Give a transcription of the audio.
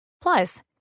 Plus